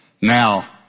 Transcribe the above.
Now